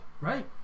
Right